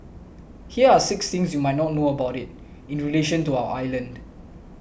here are six things you might not know about it in relation to our island